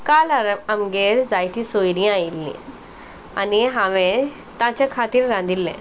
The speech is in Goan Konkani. काल आरप आमगेर जायतीं सोयरीं आयिल्लीं आनी हांवें ताच्या खातीर रांदिल्लें